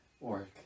Work